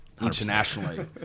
Internationally